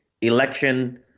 election